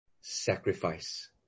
sacrifice